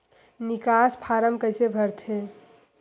निकास फारम कइसे भरथे?